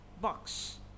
box